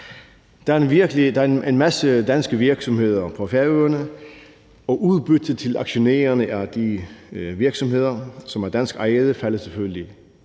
Der er en masse danske virksomheder på Færøerne, og udbyttet til aktionærerne af de virksomheder, som er danskejede, tilfalder selvfølgelig